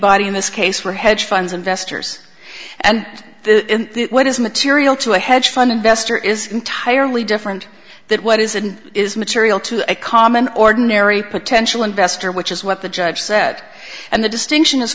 body in this case were hedge funds investors and what is material to a hedge fund investor is entirely different that what isn't is material to a common ordinary potential investor which is what the judge set and the distinction